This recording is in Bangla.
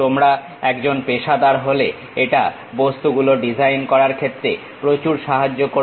তোমরা একজন পেশাদার হলে এটা বস্তুগুলো ডিজাইন করার ক্ষেত্রে প্রচুর সাহায্য করবে